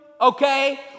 Okay